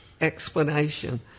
explanation